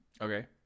okay